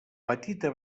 petita